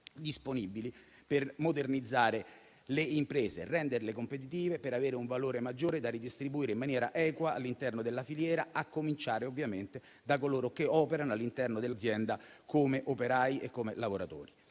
disponibili per modernizzare le imprese e renderle competitive, per avere un valore maggiore da ridistribuire in maniera equa all'interno della filiera, a cominciare ovviamente da coloro che operano all'interno dell'azienda come operai e lavoratori.